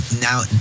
now